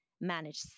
manage